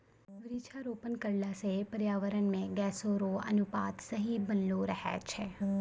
वृक्षारोपण करला से पर्यावरण मे गैसो रो अनुपात सही बनलो रहै छै